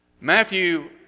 Matthew